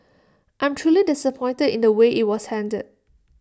I'm truly disappointed in the way IT was handled